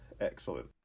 excellent